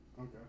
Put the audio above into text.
Okay